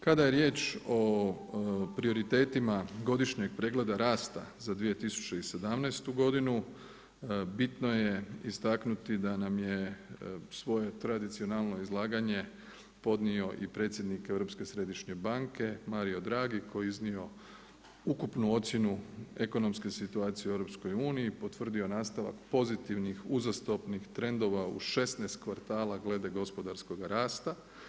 Kada je riječ o prioritetima godišnjeg pregleda rasta za 2017. godinu, bitno je istaknuti da nam je svoje tradicionalno izlaganje podnio i predsjednik Europske središnje banke, Mario Draghi, koji je iznio ukupnu ocjenu ekonomske situacije u EU-u, potvrdio nastavak pozitivnih uzastopnih trendova u 16 kvartala glede gospodarskog rasta.